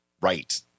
Right